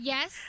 Yes